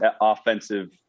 offensive